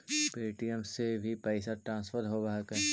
Paytm से भी पैसा ट्रांसफर होवहकै?